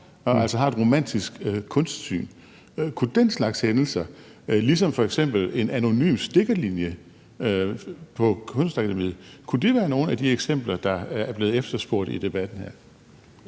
og altså har et romantisk kunstsyn. Kunne den slags hændelser ligesom f.eks. en anonym stikkerlinje på Kunstakademiet være nogle af de eksempler, der er blevet efterspurgt i debatten her?